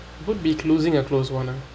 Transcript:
would be closing a closed one ah